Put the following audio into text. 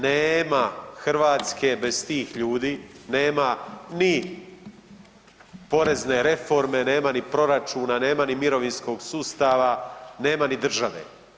Nema Hrvatske bez tih ljudi, nema ni porezne reforme, nema ni proračuna, nema ni mirovinskog sustava, nema ni države.